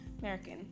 American